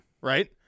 right